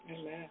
Amen